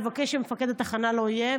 לבקש שמפקד התחנה לא יהיה,